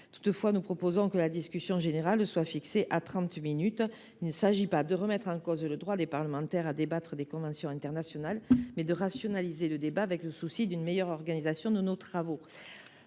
Toutefois, nous proposons de fixer la durée de la discussion générale à trente minutes. Il s’agit non pas de remettre en cause le droit des parlementaires à débattre des conventions internationales, mais de rationaliser le débat, dans le souci d’une meilleure organisation de nos travaux.